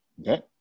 okay